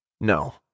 No